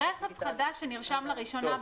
רכב חדש שנרשם לראשונה בישראל.